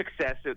success